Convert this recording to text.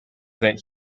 that